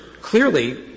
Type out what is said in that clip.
clearly